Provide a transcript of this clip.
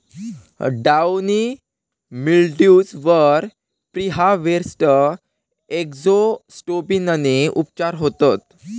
downy mildews वर preharvest एजोक्सिस्ट्रोबिनने उपचार होतत